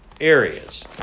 areas